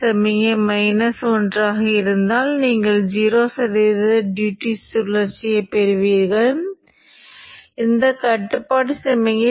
signal அதிகமாக இருக்கும் போது இந்த BJT அல்லது குறைக்கடத்தி சுவிட்ச் ஆன் செய்யப்படும் போது இதுவே நீங்கள் இங்கே கொடுக்கும் சமிக்ஞை